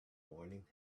morning